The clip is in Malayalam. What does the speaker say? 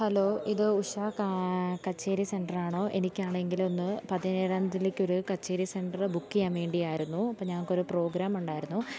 ഹലോ ഇത് ഉഷ കച്ചേരി സെൻറർ ആണോ എനിക്കാണെങ്കിൽ ഒന്ന് പതിനേഴാം തീയതിയിലേക്കൊരു കച്ചേരി സെൻറർ ബുക്ക് ചെയ്യാൻ വേണ്ടിയായിരുന്നു അപ്പം ഞങ്ങൾക്കൊരു പ്രോഗ്രാം ഉണ്ടായിരുന്നു